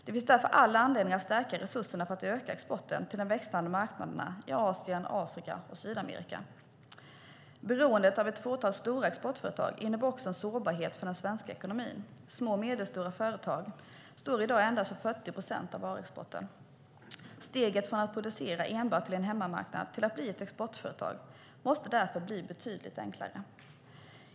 Det finns därför all anledning att stärka resurserna för att öka exporten till de växande marknaderna i Asien, Afrika och Sydamerika. Beroendet av ett fåtal stora exportföretag innebär också en sårbarhet för den svenska ekonomin. Små och medelstora företag står i dag endast för 40 procent av varuexporten. Steget från att producera enbart för en hemmamarknad till att bli ett exportföretag måste därför bli betydligt enklare.